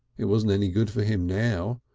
it wasn't any good for him now,